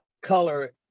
color